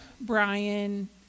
Brian